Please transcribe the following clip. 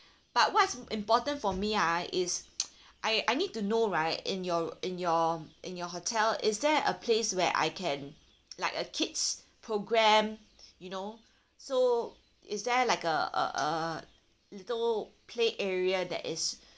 but what's important for me ah is I I need to know right in your in your in your hotel is there a place where I can like a kid's program you know so is there like a a a little play area that is